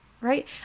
right